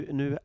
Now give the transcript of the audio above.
nu